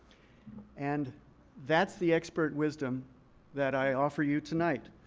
and that's the expert wisdom that i offer you tonight,